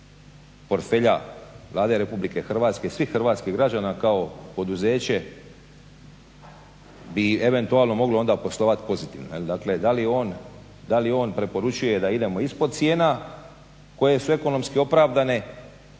Hrvatske i svih hrvatskih građana kao poduzeće bi eventualno moglo onda poslovati pozitivno. Dakle da li on preporučuje da idemo ispod cijena koje su ekonomski opravdane